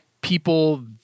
people